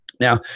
Now